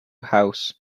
house